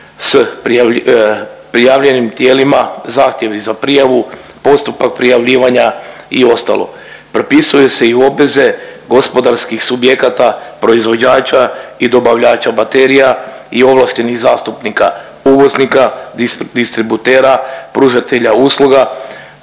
prijavljenim tijelima, zahtjevi za prijavu, postupak prijavljivanja i ostalo. Propisuju se i obveze gospodarskih subjekata proizvođača i dobavljača baterija i ovlaštenih zastupnika uvoznika, distributera, pružatelja usluga